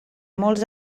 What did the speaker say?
molts